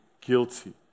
guilty